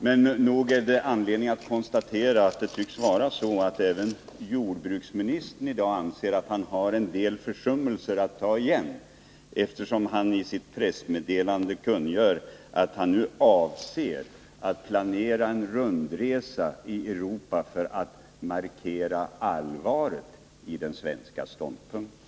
Men nog är det anledning att konstatera att även jordbruksministern i dag tycks anse att han har en del försummelser att gottgöra, eftersom han i sitt pressmeddelande kungör att han nu avser att planera en rundresa i Europa för att markera allvaret i den svenska ståndpunkten.